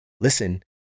listen